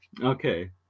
Okay